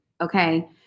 Okay